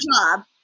job